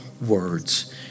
words